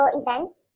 events